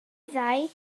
fyddai